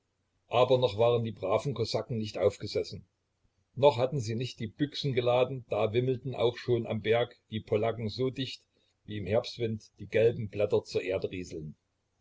aber noch waren die braven kosaken nicht aufgesessen noch hatten sie nicht die büchsen geladen da wimmelten auch schon am berg die polacken so dicht wie im herbstwind die gelben blätter zur erde rieseln